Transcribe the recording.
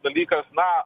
dalykas na